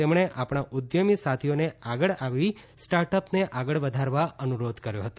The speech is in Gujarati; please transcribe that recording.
તેમણે આપણા ઉદ્યમી સાથીઓને આગળ આવી સ્ટાઅપને આગળ વધારવા અનુરોધ કર્યો હતો